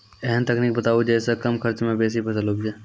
ऐहन तकनीक बताऊ जै सऽ कम खर्च मे बेसी फसल उपजे?